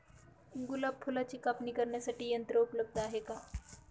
गुलाब फुलाची कापणी करण्यासाठी यंत्र उपलब्ध आहे का?